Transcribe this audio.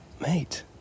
Mate